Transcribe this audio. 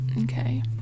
Okay